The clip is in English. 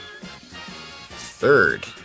Third